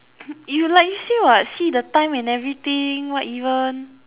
you like you say what see the time and everything what even